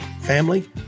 family